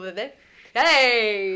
hey